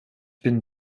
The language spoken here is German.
bin